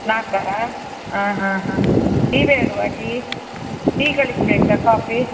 ನಾಲ್ಕಾ ಆ ಹಾಂ ಹಾಂ ಟೀ ಬೇಡವಾ ಟೀ ಟೀ ಕಳಿಸಬೇಕಾ ಕಾಫಿ